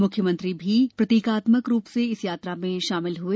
मुख्यमंत्री भी प्रतिकात्मक रूप से इस यात्रा में शामिल हुए